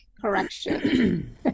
correction